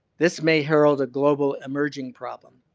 this may herald a global emerging problem.